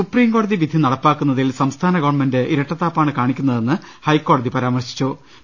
സുപ്രിംകോടതി വിധി നടപ്പാക്കുന്നതിൽ സംസ്ഥാന ഗവൺമെന്റ് ഇരട്ടത്താപ്പാണ് കാണിക്കുന്നതെന്ന് ഹൈക്കോടതിയുടെ പരാമർശം